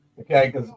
Okay